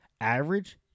average